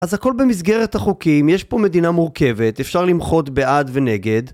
אז הכל במסגרת החוקים, יש פה מדינה מורכבת, אפשר למחות בעד ונגד